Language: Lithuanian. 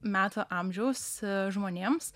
metų amžiaus žmonėms